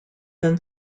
than